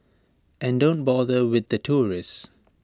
and don't bother with the tourists